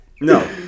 No